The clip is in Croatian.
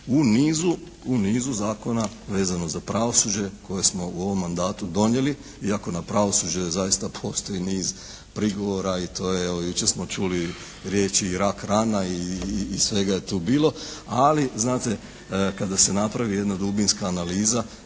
u nizu zakona vezano za pravosuđe koje smo u ovom mandatu donijeli, iako na pravosuđe zaista postoji niz prigovora i to je. Evo jučer smo čuli riječi i rak rana i svega je tu bilo. Ali znate, kada se napravi jedna dubinska analiza